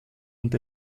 und